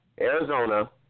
Arizona